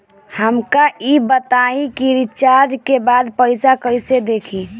हमका ई बताई कि रिचार्ज के बाद पइसा कईसे देखी?